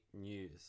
news